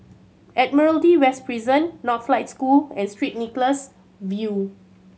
Admiralty West Prison Northlight School and Street Nicholas View